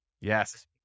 Yes